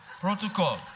protocol